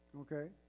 Okay